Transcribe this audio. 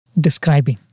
describing